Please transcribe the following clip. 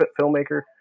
filmmaker